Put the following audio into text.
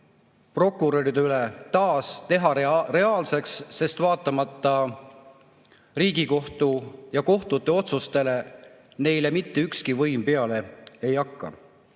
prokuröride üle taas reaalseks, sest vaatamata Riigikohtu ja kohtute otsustele neile mitte ükski võim peale ei hakka. Ma